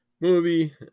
movie